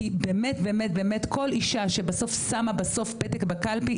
כי באמת באמת באמת כל אישה שבסוף שמה בסוף פתק בקלפי,